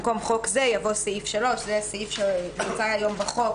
במקום "חוק זה" יבוא "סעיף 3"" זה סעיף שנמצא היום בחוק